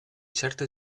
certe